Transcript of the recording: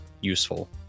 useful